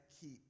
keep